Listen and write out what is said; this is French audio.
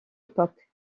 époque